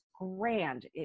grand